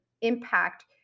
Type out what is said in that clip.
impact